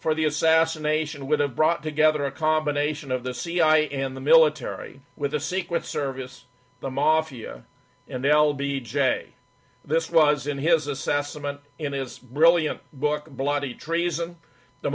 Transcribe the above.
for the assassination would have brought together a combination of the cia and the military with the secret service the mafia and l b j this was in his assessment in his brilliant book bloody treason the